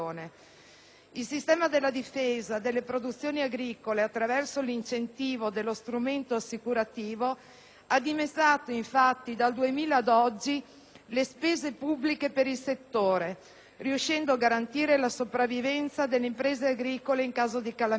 Il sistema della difesa delle produzioni agricole attraverso l'incentivo dello strumento assicurativo ha infatti dimezzato, dal 2000 ad oggi, le spese pubbliche per il settore, riuscendo a garantire la sopravvivenza delle imprese agricole in caso di calamità.